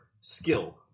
skill